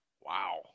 wow